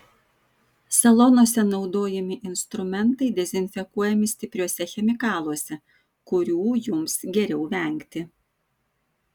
salonuose naudojami instrumentai dezinfekuojami stipriuose chemikaluose kurių jums geriau vengti